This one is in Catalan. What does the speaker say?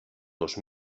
dos